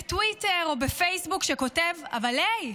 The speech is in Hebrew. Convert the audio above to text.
בטוויטר או בפייסבוק, שכותב: אבל היי,